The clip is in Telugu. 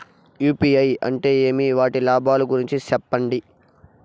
యు.పి.ఐ అంటే ఏమి? వాటి లాభాల గురించి సెప్పండి?